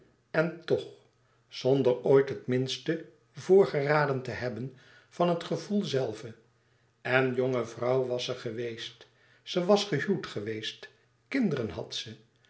en toch zonder ooit het minste voorgeraden te hebben van het gevoel zelve en jonge vrouw was ze geweest ze was gehuwd geweest kinderen had ze